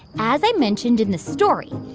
as i mentioned in this story,